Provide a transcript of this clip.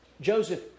Joseph